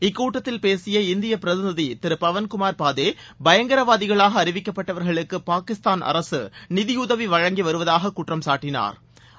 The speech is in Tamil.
இக்கூட்டத்தில் பேசிய இந்திய பிரதிநதி திரு பவன்குமார் பாதே பயங்கரவாதிகளாக அறிவிக்கப்பட்வா்களுக்கு பாகிஸ்தான் அரசு நிதியுதவி வழங்கி வருவதாக குற்றம் சாட்டினாா்